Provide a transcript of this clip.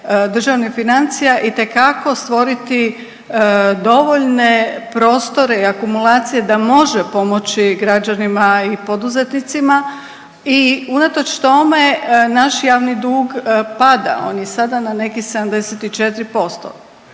državnih financija itekako stvoriti dovoljne prostore i akumulacije da može pomoći građanima i poduzetnicima i unatoč tome naš javni dug pada. On je sada na nekih 74%.